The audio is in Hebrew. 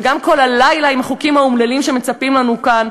וגם כל הלילה עם החוקים האומללים שמצפים לנו כאן,